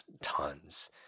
tons